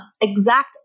exact